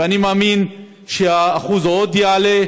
ואני מאמין שזה עוד יעלה.